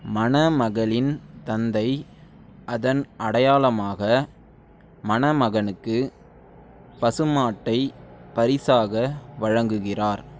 மணமகளின் தந்தை அதன் அடையாளமாக மணமகனுக்கு பசுமாட்டை பரிசாக வழங்குகிறார்